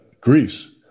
Greece